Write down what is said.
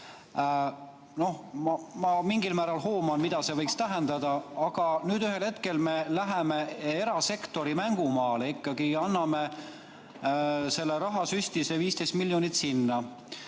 ma mingil määral hooman, mida see võiks tähendada, aga nüüd ühel hetkel me läheme erasektori mängumaale, ikkagi anname selle rahasüsti, selle 15 miljonit sinna.